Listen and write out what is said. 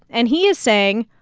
and he is saying,